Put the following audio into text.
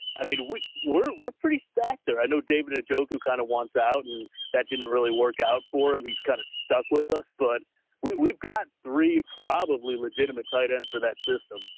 i mean, we we're, we're pretty stack there. i know david had joke who kind of wants out and that didn't really work out for him. he's kind of stuck with us, but we've got three, probably legitimate titans for that system.